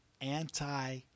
anti